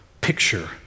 picture